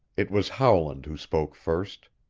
it was howland who spoke first.